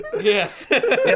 yes